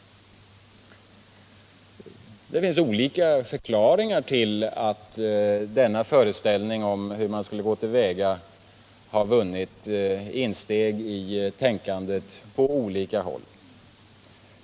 Det finns olika förklaringar till att denna föreställning om hur man skulle gå till väga har vunnit insteg i tänkandet på olika håll.